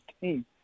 team